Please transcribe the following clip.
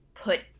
put